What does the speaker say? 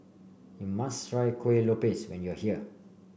you must try Kueh Lopes when you are here